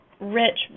rich